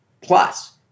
plus